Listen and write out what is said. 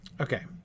Okay